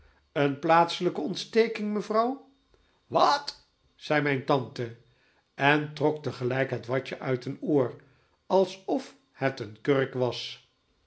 een plaatselijke ontsteking mevrouw wat zei mijn tante en trok tegelijk het watje uit een oor alsof het een kurk was